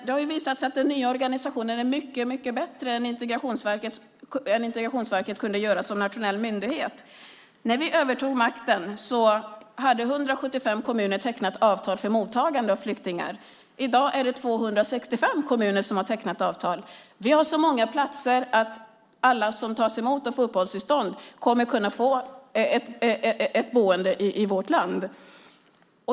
Det har ju visat sig att den nya organisationen är mycket bättre än Integrationsverket kunde vara som nationell myndighet. När vi övertog makten hade 175 kommuner tecknat avtal för mottagande av flyktingar. I dag är det 265 kommuner som har tecknat avtal. Vi har så många platser att alla som tas emot och får uppehållstillstånd kommer att kunna få ett boende i vårt land.